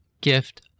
gift